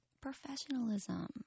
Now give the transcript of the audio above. Professionalism